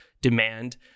demand